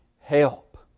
help